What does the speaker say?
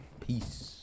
peace